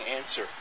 answer